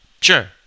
sure